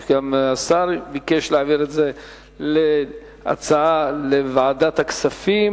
השר ביקש להעביר את הנושא לוועדת הכספים.